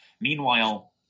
Meanwhile